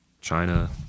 China